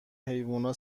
حیوونا